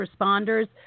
responders